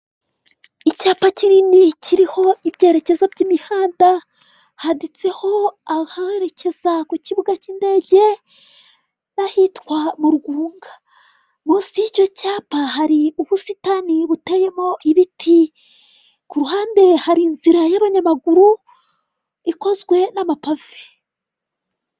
Icyapa kinini kiriho ibyerekezo by'imihanda, handitseho aharekeza ku kibuga cy'indege n'ahitwa mu rugunga munsi y'icyo cyapa, hari ubusitani buteyemo ibiti ku ruhande hari inzira y'abanyamaguru ikozwe n'amapave.